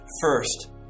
First